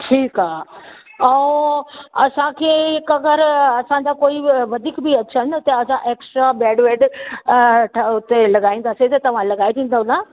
ठीकु आहे ऐं असांखे हिकु अगरि असांजा कोई वधीक बि अचनि त असांजा एक्स्ट्रा बैड वैड त उते लॻाईंदासीं त तव्हां लॻाए ॾींदो न